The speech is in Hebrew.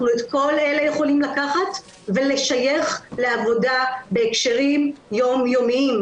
את כל אלה אנחנו יכולים לקחת ולשייך לעבודה בהקשרים יומיומיים,